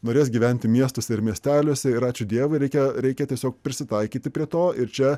norės gyventi miestuose ir miesteliuose ir ačiū dievui reikia reikia tiesiog prisitaikyti prie to ir čia